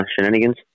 shenanigans